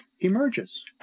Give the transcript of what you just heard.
emerges